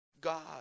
God